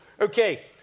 Okay